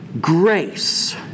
grace